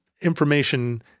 information